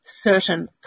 certain